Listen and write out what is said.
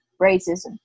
racism